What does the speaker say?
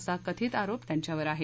असा कथित आरोप त्यांच्यावर आहे